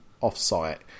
off-site